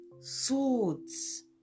swords